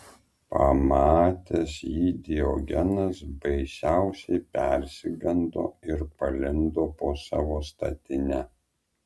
pamatęs jį diogenas baisiausiai persigando ir palindo po savo statine